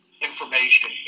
information